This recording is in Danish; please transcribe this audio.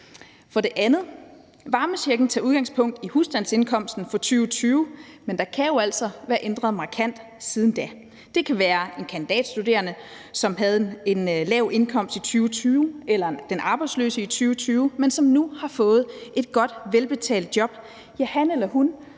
For det andet tager varmechecken udgangspunkt i husstandsindkomsten i 2020, men den kan jo altså være ændret markant siden da. Det kan være en kandidatstuderende eller en arbejdsløs, som havde en lav indkomst i 2020, men som nu har fået et godt, velbetalt job. Han eller hun